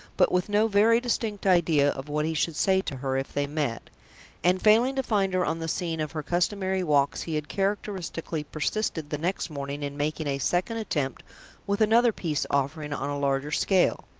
but with no very distinct idea of what he should say to her if they met and failing to find her on the scene of her customary walks, he had characteristically persisted the next morning in making a second attempt with another peace-offering on a larger scale.